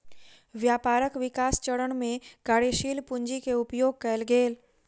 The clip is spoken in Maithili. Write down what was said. व्यापारक विकास चरण में कार्यशील पूंजी के उपयोग कएल गेल